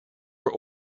were